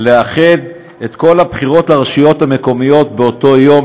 לאחד את כל הבחירות לרשויות המקומיות באותו יום,